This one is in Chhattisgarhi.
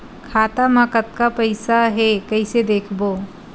खाता मा कतका पईसा हे कइसे देखबो?